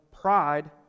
pride